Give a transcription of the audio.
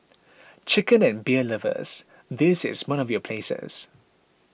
chicken and beer lovers this is one of your places